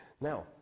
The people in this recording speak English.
Now